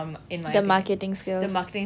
the marketing skills